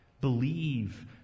Believe